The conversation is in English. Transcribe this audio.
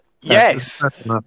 Yes